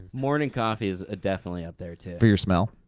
morning coffee is ah definitely up there too. for your smell?